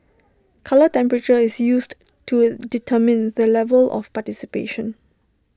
colour temperature is used to determine the level of participation